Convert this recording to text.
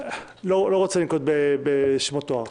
לא רוצה לנקוט בשמות תואר.